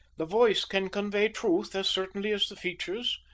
the voice can convey truth as certainly as the features.